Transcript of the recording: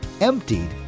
Emptied